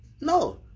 No